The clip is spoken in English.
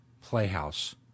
Playhouse